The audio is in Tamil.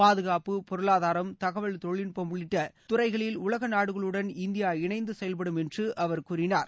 பாதுகாப்பு பொருளாதாரம் தகவல் தொழில்நுட்பம் உள்ளிட்ட துறைகளில் உலக நாடுகளுடன் இந்தியா இணைந்து செயல்படும் என்று அவர் கூறினார்